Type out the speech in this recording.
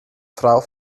frau